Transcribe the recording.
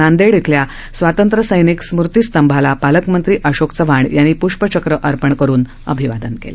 नांदेड इथल्या स्वातंत्र्य सैनिक स्मृती स्तंभाला पालकमंत्री अशोक चव्हाण यांनी पृष्पचक्र अर्पण करून अभिवादन केलं